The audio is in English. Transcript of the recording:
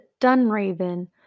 Dunraven